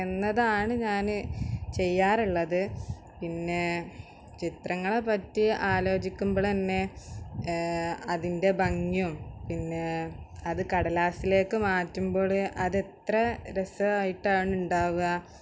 എന്നതാണ് ഞാന് ചെയ്യാറുള്ളത് പിന്നെ ചിത്രങ്ങളെ പറ്റി ആലോചിക്കുമ്പോൾ തന്നെ അതിൻ്റെ ഭംഗിയും പിന്നെ അത് കടലാസിലേക്ക് മാറ്റുമ്പള് അത് എത്ര രസമായിട്ടാണ് ഉണ്ടാവുക